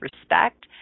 respect